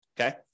okay